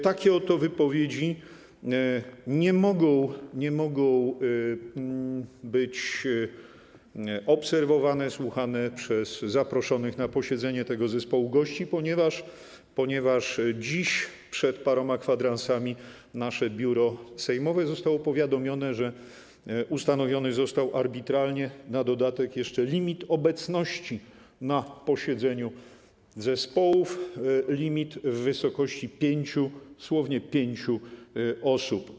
Takie oto wypowiedzi nie mogą być obserwowane, słuchane przez zaproszonych na posiedzenie tego zespołu gości, ponieważ dziś, przed paroma kwadransami, nasze biuro sejmowe zostało powiadomione, że ustanowiony jeszcze został, na dodatek arbitralnie, limit obecności na posiedzeniu zespołów, limit w wysokości 5, słownie: pięciu osób.